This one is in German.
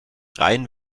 rein